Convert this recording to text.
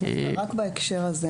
בהקשר הזה,